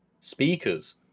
speakers